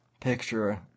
picture